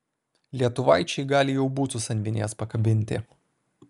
lietuvaičiai gali jau bucus ant vinies pakabinti